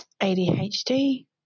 ADHD